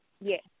Yes